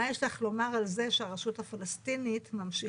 מה יש לך לומר על זה שהרשות הפלסטינית ממשיכה